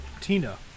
Tina